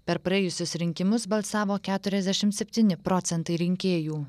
per praėjusius rinkimus balsavo keturiasdešim septyni procentai rinkėjų